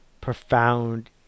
profound